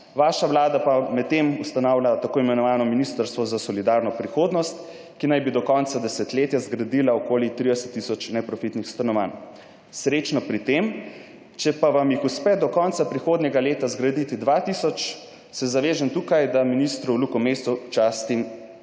Vaša vlada pa medtem ustanavlja tako imenovano Ministrstvo za solidarno prihodnost, ki naj bi do konca desetletja zgradila okoli 30 tisoč neprofitnih stanovanj. Srečno pri tem, če pa vam jih uspe do konca prihodnjega leta zgraditi dva tisoč, se zavežem tukaj, da ministru v Luko Mescu častim